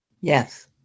Yes